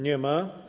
Nie ma.